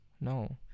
no